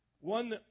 one